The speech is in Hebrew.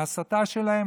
ההסתה שלהם